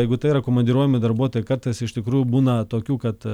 jeigu tai yra komandiruojami darbuotojai kartais iš tikrųjų būna tokių kad